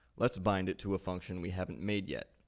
let's bind it to a function we haven't made yet,